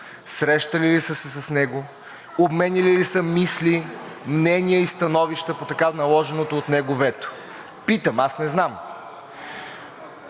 Срещали ли са се с него? Обменяли ли са мисли, мнения и становища по така наложеното от него вето? Питам – аз не знам.